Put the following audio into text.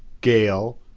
gale,